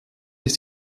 les